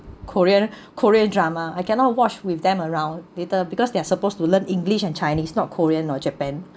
korean korean drama I cannot watch with them around later because they're supposed to learn english and chinese not korean or japan